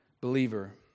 Believer